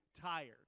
tired